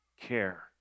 care